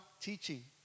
teaching